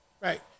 Right